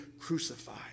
crucified